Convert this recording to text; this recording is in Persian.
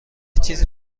چیز